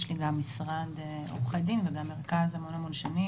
יש לי גם משרד עורכי דין וגם מרכז המון שנים.